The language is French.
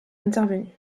intervenu